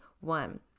one